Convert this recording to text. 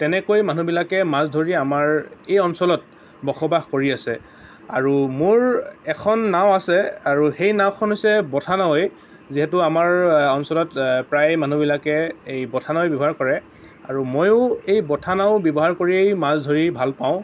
তেনেকৈ মানুহবিলাকে মাছ ধৰি আমাৰ এই অঞ্চলত বসবাস কৰি আছে আৰু মোৰ এখন নাও আছে আৰু সেই নাওখন হৈছে বঠা নাওৱেই যিহেতু আমাৰ অঞ্চলত প্ৰায় মানুহবিলাকে এই বঠা নাওৱেই ব্য়ৱহাৰ কৰে আৰু মইও এই বঠা নাও ব্য়ৱহাৰ কৰিয়েই মাছ ধৰি ভাল পাওঁ